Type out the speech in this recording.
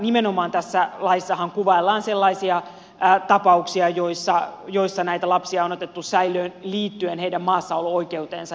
nimenomaan tässä laissahan kuvaillaan sellaisia tapauksia joissa näitä lapsia on otettu säilöön liittyen heidän maassaolo oikeuteensa ja turvapaikkaprosessiin